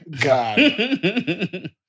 God